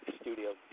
studio